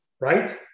Right